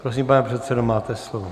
Prosím, pane předsedo, máte slovo.